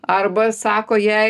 arba sako jai